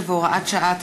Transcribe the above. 15 והוראת שעה),